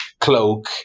cloak